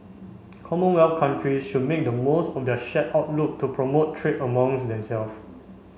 commonwealth countries should make the most of this shared outlook to promote trade among themselves